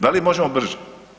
Da li možemo brže?